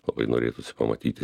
labai norėtųsi pamatyti